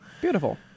Beautiful